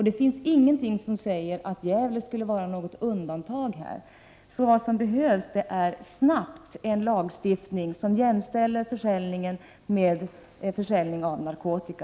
Det är ingenting som säger att Gävle skulle utgöra något undantag i det här avseendet. Det behövs en lagstiftning snabbt som jämställer försäljning av anabola steroider med försäljning av narkotika.